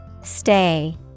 Stay